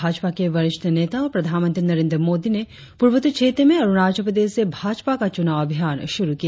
भाजपा के वरिष्ठ नेता और प्रधानमंत्री नरेंद्र मोदी ने पूर्वोत्तर क्षेत्र में अरुणाचल प्रदेश से भाजपा का चूनाव अभियान शुरु किया